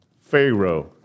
Pharaoh